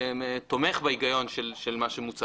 תומך בהיגיון של מה שמוצע